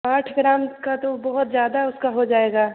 आठ ग्राम का तो बहुत ज़्यादा उसका हो जाएगा